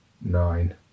nine